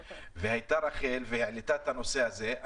רחל העלתה את הנושא הזה.